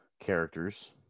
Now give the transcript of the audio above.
characters